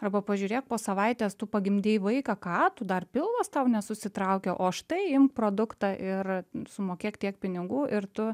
arba pažiūrėk po savaitės tu pagimdei vaiką ką tu dar pilvas tau nesusitraukė o štai imk produktą ir sumokėk tiek pinigų ir tu